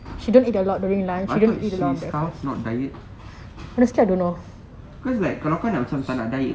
I thought she starve not diet because like kalau kau nak macam tak nak diet